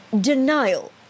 denial